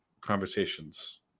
conversations